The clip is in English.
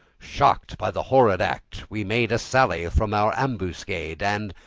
shocked by the horrid act, we made a sally from our ambuscade, and,